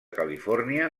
califòrnia